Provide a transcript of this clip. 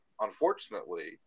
Unfortunately